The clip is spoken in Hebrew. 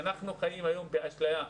אנחנו חיים היום באשליה.